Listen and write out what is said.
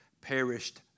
perished